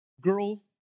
girl